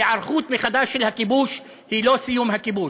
היערכות מחדש של הכיבוש היא לא סיום הכיבוש.